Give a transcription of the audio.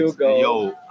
Yo